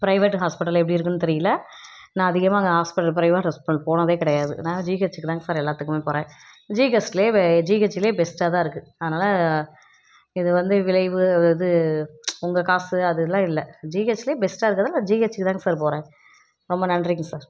private hospital எப்படி இருக்குதுன்னு தெரியல நான் அதிகமாக அங்கே ஹாஸ்பிட்டல் ப்ரைவேட் ஹாஸ்பிட்டல் போனதே கிடையாது நான் ஜிஹெச்சிக்கு தாங்க சார் எல்லாத்துக்கும் போகிறேன் ஜிஹெச்லே வெ ஜிஹெச்லே பெஸ்ட்டாக தான் இருக்குது அதனால் இது வந்து விளைவு இது உங்கள் காசு அதெலாம் இல்லை ஜிஹெச்லே பெஸ்ட்டாக இருக்கிறதால ஜிஹெச்சிக்கு தாங்க சார் போகிறேன் ரொம்ப நன்றிங்க சார்